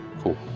cool